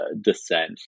descent